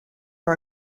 are